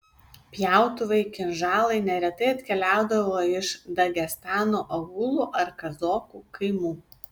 pjautuvai kinžalai neretai atkeliaudavo iš dagestano aūlų ar kazokų kaimų